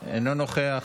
אינו נוכח.